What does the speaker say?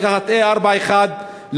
לקחת 4A אחד,